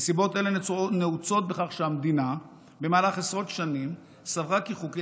נסיבות אלה נעוצות בכך שהמדינה סברה במשך עשרות שנים כי חוקי